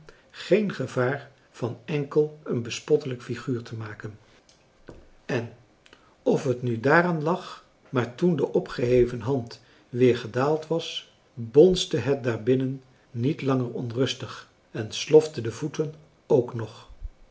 geen gevaar van enkel een bespottelijk figuur te maken en of het nu daaraan lag maar toen de opgeheven hand weer gedaald was bonsde het daarbinnen niet langer onrustig en sloften de voeten ook nog